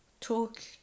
talk